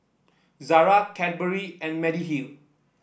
Zara Cadbury and Mediheal